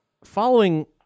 Following